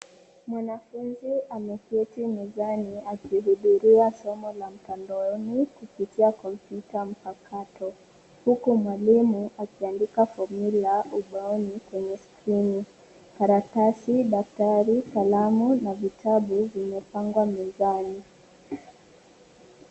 Mwanafunzi ameketi mezani akihudhuria somo la mtandaoni kupitia kompyuta mpakato huku mwalimu akiandika fomiula ubaoni kwenye skrini karatasi, daftari, kalamu na vitabu vimepangwa mezani.